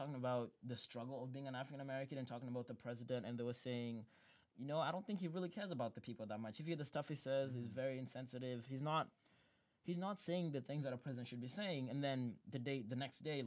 talking about the struggle of being an african american and talking about the president and they were saying you know i don't think he really cares about the people that much if you the stuff he says is very insensitive he's not he's not saying the things that a present should be saying and then the day the next day